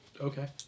Okay